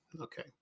Okay